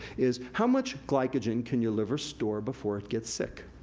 is how much glycogen can your liver store before it gets sick?